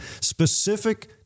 Specific